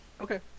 okay